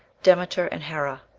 demeter, and hera.